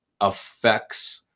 affects